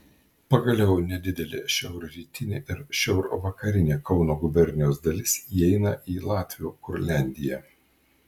pagaliau nedidelė šiaurrytinė ir šiaurvakarinė kauno gubernijos dalis įeina į latvių kurliandiją